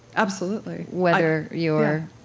absolutely whether you're,